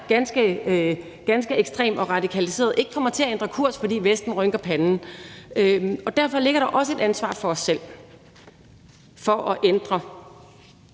ganske ekstrem og radikaliseret, ikke kommer til at ændre kurs, fordi Vesten rynker panden. Derfor ligger der også et ansvar hos os selv for at ændre